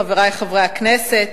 חברי חברי הכנסת,